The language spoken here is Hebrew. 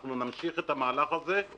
נמשיך את המהלך הזה.